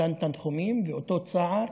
אותם תנחומים ואותו צער,